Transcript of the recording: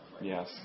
Yes